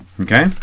Okay